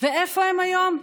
ואיפה הם היום?